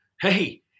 Hey